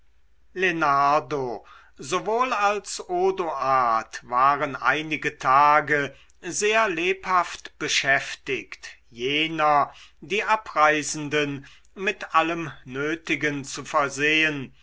sowohl als odoard waren einige tage sehr lebhaft beschäftigt jener die abreisenden mit allem nötigen zu versehen